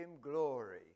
glory